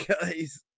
guys